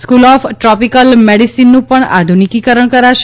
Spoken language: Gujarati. સ્કૂલ ઓફ ટ્રોપીકલ મેડિસનનું પણ આધુનીકીકરણ કરાશે